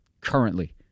currently